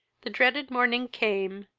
the dreaded morning came,